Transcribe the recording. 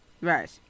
Right